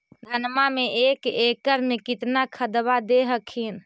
धनमा मे एक एकड़ मे कितना खदबा दे हखिन?